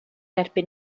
erbyn